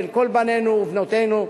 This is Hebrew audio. בין כל בנינו ובנותינו.